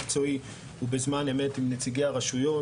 מקצועי ובזמן אמת עם נציגי הרשויות.